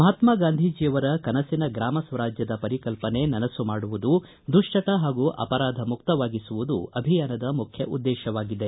ಮಹಾತ್ಯಾಗಾಂಧಿಜಿಯವರ ಕನಸಿನ ಗ್ರಾಮ ಸ್ವರಾಜ್ಯದ ಪರಿಕಲ್ಪನೆ ನನಸು ಮಾಡುವುದು ದುಳ್ಚಟ ಹಾಗೂ ಅಪರಾಧ ಮುಕ್ತವಾಗಿಸುವುದು ಅಭಿಯಾನದ ಮುಖ್ಯ ಉದ್ದೇಶವಾಗಿದೆ